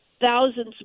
thousands